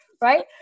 right